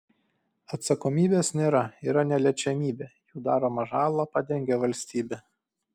atsakomybės nėra yra neliečiamybė jų daromą žalą padengia valstybė